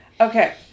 Okay